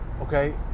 Okay